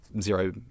zero